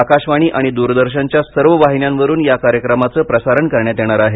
आकाशवाणी आणि द्रदर्शनच्या सर्व वाहिन्यांवरून या कार्यक्रमाचं प्रसारण करण्यात येणार आहे